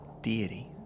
deity